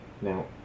Now